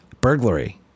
Burglary